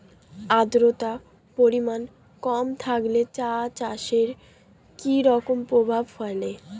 আদ্রতার পরিমাণ কম থাকলে চা চাষে কি রকম প্রভাব ফেলে?